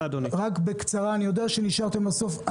בקצרה, בבקשה, ואני יודע שנשארתם לסוף.